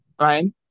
right